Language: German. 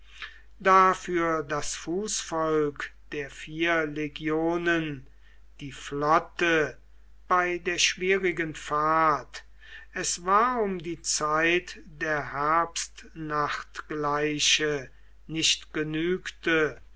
dafür das fußvolk der vier legionen die flotte bei der schwierigen fahrt es war um die zeit der herbstnachtgleiche nicht genügte